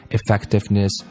Effectiveness